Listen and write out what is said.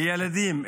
לילדים,